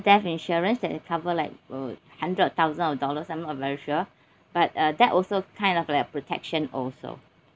death insurance that they cover like uh hundred or thousand of dollars I'm not very sure but uh that also kind of like protection also